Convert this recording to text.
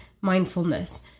mindfulness